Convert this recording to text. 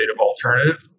alternative